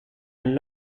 and